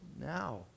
now